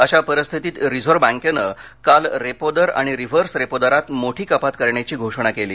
अशा परिस्थितीत रिझर्व्ह बँकेनं काल रेपो दर आणि रिव्हर्स रेपो दरात मोठी कपात करण्याची घोषणा केली